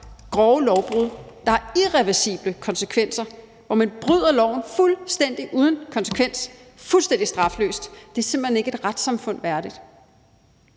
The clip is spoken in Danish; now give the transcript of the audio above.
grove lovbrud, der har irreversible konsekvenser, og som bryder loven fuldstændig straffrit uden konsekvenser. Det er simpelt hen ikke et retssamfund værdigt.